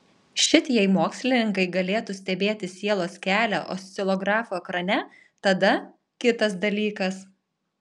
šit jei mokslininkai galėtų stebėti sielos kelią oscilografo ekrane tada kitas dalykas